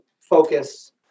focus